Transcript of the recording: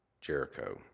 Jericho